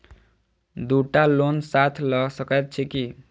दु टा लोन साथ लऽ सकैत छी की?